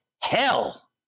hell